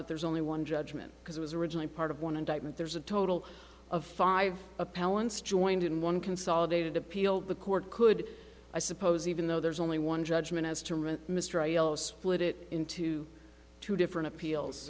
but there's only one judgment because it was originally part of one indictment there's a total of five appellants joined in one consolidated appeal the court could i suppose even though there's only one judgement as to really mistrial split it into two different appeals